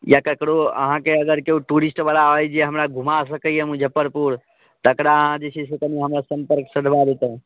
या ककरो आहाँकेँ अगर केओ टुरिष्टबला अइ जे हमरा घुमा सकैया मुजफ्फरपुर तकरा अहाँ जे छै से कनि हमरा सम्पर्क सधबा दितहुँ